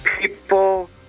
People